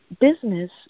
business